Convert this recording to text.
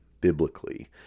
biblically